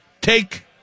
take